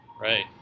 right